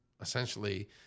essentially